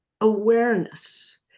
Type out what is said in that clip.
awareness